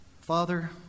Father